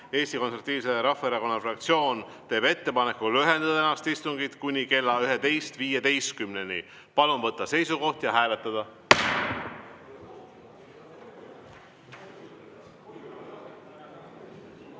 Eesti Konservatiivse Rahvaerakonna fraktsioon teeb ettepaneku lühendada tänast istungit kuni kella 11.15-ni. Palun võtta seisukoht ja hääletada!